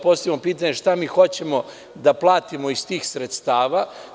Postavio bih pitanje šta mi hoćemo da platimo iz tih sredstava.